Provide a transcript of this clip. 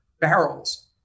barrels